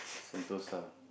Sentosa